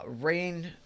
rain